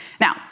Now